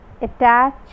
attach